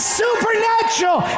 supernatural